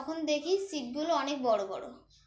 তখন দেখি সিটগুলো অনেক বড়ো বড়ো